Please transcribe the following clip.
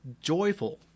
joyful